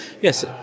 Yes